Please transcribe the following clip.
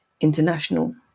International